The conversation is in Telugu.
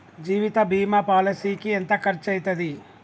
జీవిత బీమా పాలసీకి ఎంత ఖర్చయితది?